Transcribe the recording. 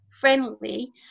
friendly